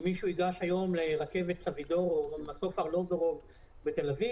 אם מישהו ייגש לרכבת סבידור או מסוף ארלוזורוב בתל אביב,